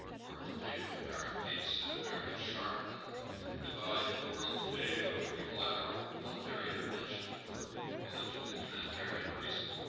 or to take a current case ah very sharp and divide in the world today over unilateral military intervention for allegedly humanitarian reasons.